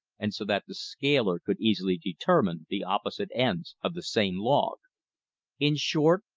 and so that the scaler could easily determine the opposite ends of the same log in short,